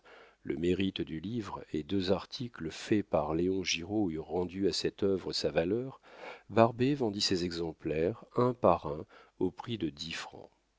le mérite du livre et deux articles faits par léon giraud eurent rendu à cette œuvre sa valeur barbet vendit ses exemplaires un par un au prix de dix francs